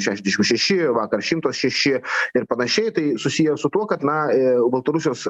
šešiasdešim šeši vakar šimto šeši ir panašiai tai susiję su tuo kad na baltarusijos